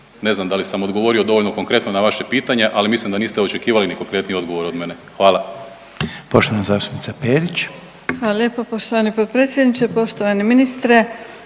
Ne znam da li sam odgovorio dovoljno konkretno na vaše pitanje, ali mislim da niste očekivali ni konkretniji odgovor od mene. Hvala.